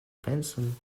penson